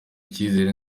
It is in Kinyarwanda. icyizere